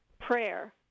prayer